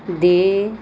ਦੇ